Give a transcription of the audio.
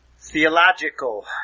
Theological